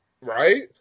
Right